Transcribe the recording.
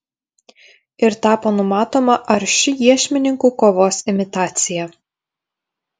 ir tapo numatoma arši iešmininkų kovos imitacija